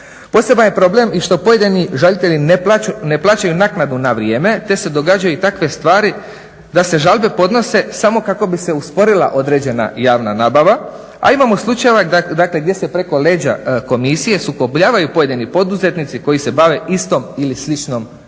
Poseban je problem i što pojedini žalitelji ne plaćaju naknadu na vrijeme te se događaju i takve stvari da se žalbe podnose samo kako bi se usporila određena javna nabava, a imamo slučajeva dakle gdje se preko leđa komisije sukobljavaju pojedini poduzetnici koji se bave istom ili sličnom djelatnošću.